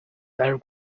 very